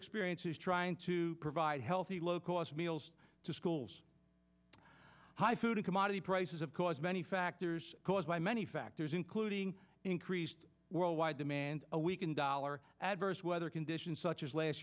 experiences trying to provide healthy low cost meals to schools high food commodity prices have caused many factors caused by many factors including increased worldwide demand a weakened dollar adverse weather conditions such as last